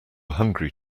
hungry